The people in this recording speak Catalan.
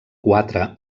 quatre